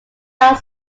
out